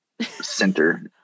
Center